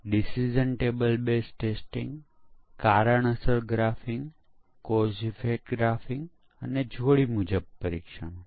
આપણે 4 બગ શોધવાની તકનીકનો ઉપયોગ કરીએ છીએ અને તે દરેક ભૂલોના 70 ટકા શોધવા માટે સક્ષમ છે